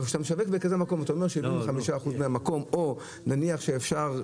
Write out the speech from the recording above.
אבל כשאתה משווק בכזה מקום ואתה אומר 75% מהמקום או נניח שאפשר,